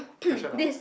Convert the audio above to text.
fashion ah